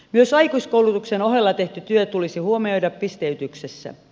myös aikuiskoulutuksen ohella tehty työ tulisi huomioida pisteytyksessä